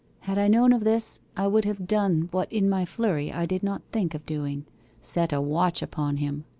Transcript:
had i known of this, i would have done what in my flurry i did not think of doing set a watch upon him.